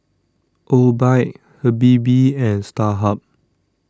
Obike Habibie and Starhub